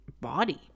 body